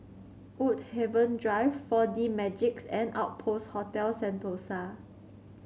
Woodhaven Drive Four D Magix and Outpost Hotel Sentosa